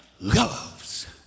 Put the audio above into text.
loves